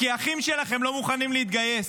כי האחים שלכם לא מוכנים להתגייס.